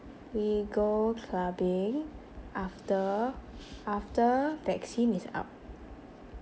we go clubbing after after vaccine is out